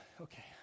Okay